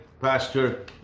pastor